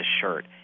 shirt